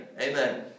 Amen